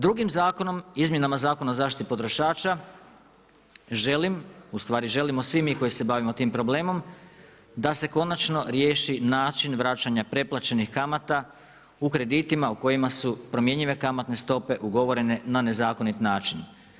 Drugim zakonom, izmjenama Zakona o zaštiti potrošača, želim, ustvari želimo svi mi koji se bavimo tim problemom, da se konačno riješi način vrćenja prepraćenih kamata u kreditima u kojima su promjenjive kamatne stope, ugovorene na nezakonit način.